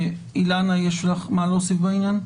אילנה, יש לך מה להוסיף בעניין?